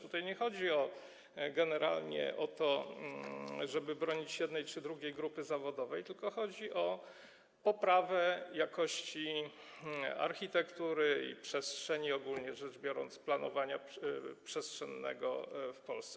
Tutaj nie chodzi generalnie o to, żeby bronić jednej czy drugiej grupy zawodowej, tylko chodzi o poprawę jakości architektury i przestrzeni, ogólnie rzecz biorąc, planowania przestrzennego w Polsce.